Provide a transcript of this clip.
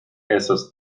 esos